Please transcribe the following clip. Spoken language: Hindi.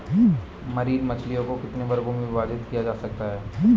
मरीन मछलियों को कितने वर्गों में विभाजित किया जा सकता है?